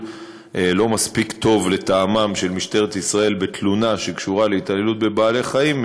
לא מספיק טוב לטעמם של משטרת ישראל בתלונה שקשורה להתעללות בבעלי-חיים,